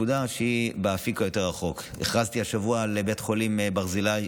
והיא באפיק היותר-רחוק: הכרזתי השבוע על בית החולים ברזילי,